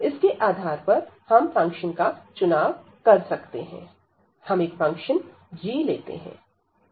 इसके आधार पर हम फंक्शन का चुनाव कर सकते हैं हम एक फंक्शन g लेते हैं